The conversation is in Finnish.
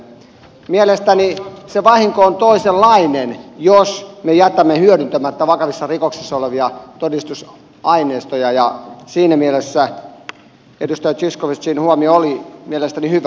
mielestäni se vahinko on toisenlainen jos me jätämme hyödyntämättä vakavissa rikoksissa olevia todistusaineistoja ja siinä mielessä edustaja zyskowiczin huomio oli mielestäni hyvä